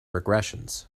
regressions